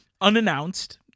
unannounced